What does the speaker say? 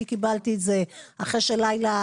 אני קיבלתי את זה אחרי לילה,